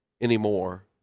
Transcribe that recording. anymore